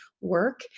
work